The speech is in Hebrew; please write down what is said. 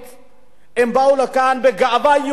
הם באו לכאן בגאווה היהודית שלהם.